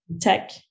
tech